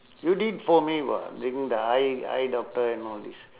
you did for me [what] bring the eye eye doctor and all this